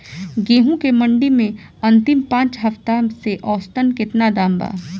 गेंहू के मंडी मे अंतिम पाँच हफ्ता से औसतन केतना दाम बा?